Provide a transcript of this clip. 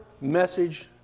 message